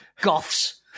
goths